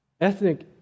ethnic